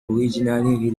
originally